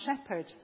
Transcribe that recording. shepherd